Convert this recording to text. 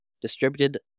Distributed